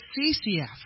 CCF